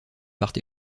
part